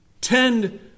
Tend